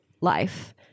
life